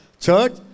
church